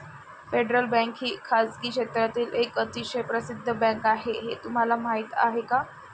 Federal bank ही खासगी क्षेत्रातील एक अतिशय प्रसिद्ध बँक आहे हे तुम्हाला माहीत आहे का?